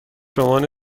رمان